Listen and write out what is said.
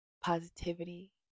positivity